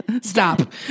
Stop